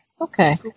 Okay